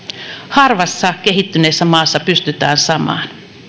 harvassa kehittyneessä maassa pystytään samaan